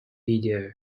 video